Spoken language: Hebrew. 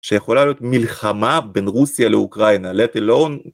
שיכולה להיות מלחמה בין רוסיה לאוקראינה. Let Alone-